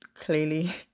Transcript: clearly